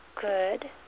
Good